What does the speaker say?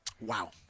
Wow